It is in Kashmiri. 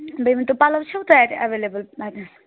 بیٚیہِ ؤنۍتو پَلو چھُو تۄہہِ اَتہِ ایٚوٮ۪لیبُل اَتہِ